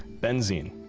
benzene,